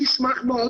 אני אשמח מאוד